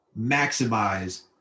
maximize